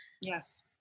Yes